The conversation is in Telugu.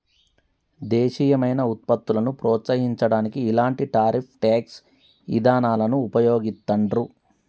దేశీయమైన వుత్పత్తులను ప్రోత్సహించడానికి ఇలాంటి టారిఫ్ ట్యేక్స్ ఇదానాలను వుపయోగిత్తండ్రు